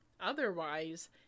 otherwise